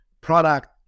product